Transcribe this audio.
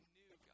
new